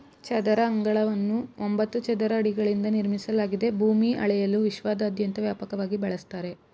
ಚದರ ಅಂಗಳವನ್ನು ಒಂಬತ್ತು ಚದರ ಅಡಿಗಳಿಂದ ನಿರ್ಮಿಸಲಾಗಿದೆ ಭೂಮಿ ಅಳೆಯಲು ವಿಶ್ವದಾದ್ಯಂತ ವ್ಯಾಪಕವಾಗಿ ಬಳಸ್ತರೆ